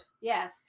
Yes